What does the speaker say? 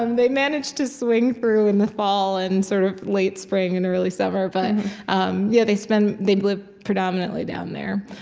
um they manage to swing through in the fall and sort of late spring and early summer. but um yeah they spend they live predominantly down there,